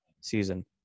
season